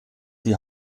die